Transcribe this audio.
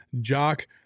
Jock